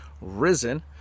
risen